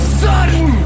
sudden